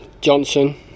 Johnson